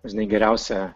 žinai geriausia